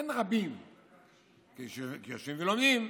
אין רבים בגלל שהם יושבים ולומדים,